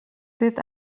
det